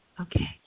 okay